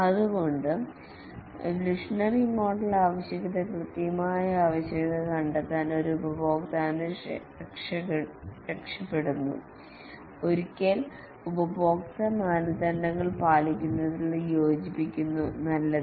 അതുകൊണ്ടുഎവൊല്യൂഷനറി model ആവശ്യകത കൃത്യമായ ആവശ്യകത കണ്ടെത്താൻ അതു ഉപഭോക്താവിന് രക്ഷപ്പെടുന്നു ഒരിക്കൽ ഉപഭോക്തൃ മാനദണ്ഡങ്ങൾ പാലിക്കുന്നതിൽ യോജിക്കുന്നു നല്ലത്